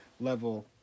level